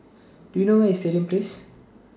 Do YOU know Where IS Stadium Place